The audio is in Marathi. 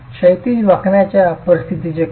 क्षैतिज वाकण्याच्या परिस्थितीचे काय